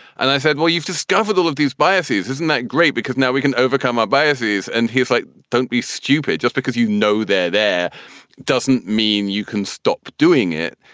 and i said, well, you've discovered all of these biases. isn't that great? because now we can overcome our biases. and he's like, don't be stupid. just because, you know, they're there doesn't mean you can stop doing it.